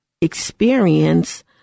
experience